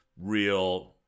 real